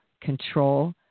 control